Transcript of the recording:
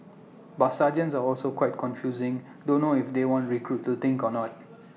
but sergeants are also quite confusing don't know if they want recruits to think or not